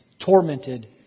tormented